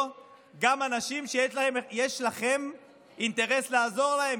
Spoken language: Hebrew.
גם אנשים שיש לכם אינטרס לעזור להם,